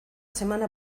semana